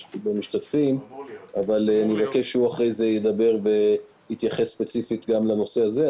אבל אני אבקש שהוא יתייחס ספציפית גם לנושא הזה.